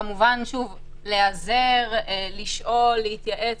כמובן להיעזר, לשאול, להתייעץ.